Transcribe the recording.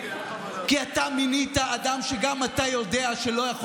כי אתה מינית אדם שגם אתה יודע שלא יכול